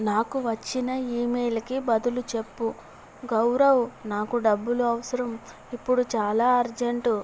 నాకు వచ్చిన ఈమెయిల్కి బదులు చెప్పు గౌరవ్ నాకు డబ్బులు అవసరం ఇప్పుడు చాలా అర్జెంటు